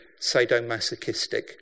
sadomasochistic